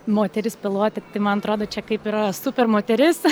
moteris pilotė tai man atrodo čia kaip yra super moteris